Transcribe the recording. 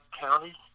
county